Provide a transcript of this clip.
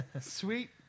Sweet